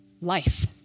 life